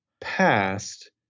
past